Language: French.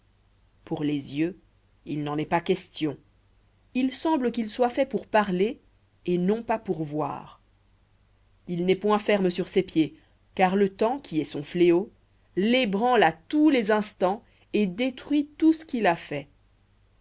pour les yeux il n'en est pas question il semble qu'il soit fait pour parler et non pas pour voir il n'est point ferme sur ses pieds car le temps qui est son fléau l'ébranle à tous les instants et détruit tout ce qu'il a fait